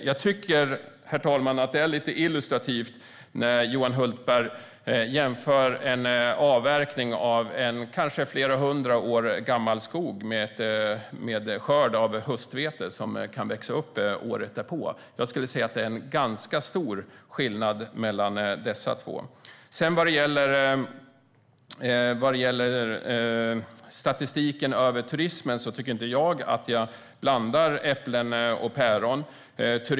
Jag tycker att det är lite illustrativt när Johan Hultberg jämför en avverkning av en kanske flera hundra år gammal skog med skörd av höstvete som kan växa upp året därpå. Jag skulle säga att det är en ganska stor skillnad mellan dessa två. Vad sedan gäller statistiken över turismen tycker inte jag att jag blandar äpplen och päron.